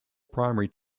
primary